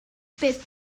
fydd